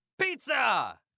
Pizza